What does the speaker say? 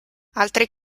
altri